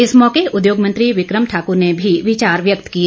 इस मौके उद्योग मंत्री बिक्रम ठाक्र ने भी विचार व्यक्त किए